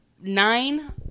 nine